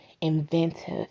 inventive